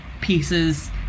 pieces